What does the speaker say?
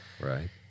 Right